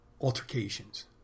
altercations